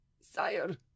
sire